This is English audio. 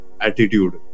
attitude